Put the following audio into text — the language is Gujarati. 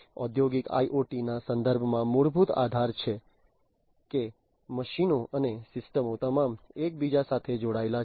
ઔદ્યોગિક IoT ના સંદર્ભમાં મૂળભૂત આધાર એ છે કે મશીનો અને સિસ્ટમો તમામ એકબીજા સાથે જોડાયેલા છે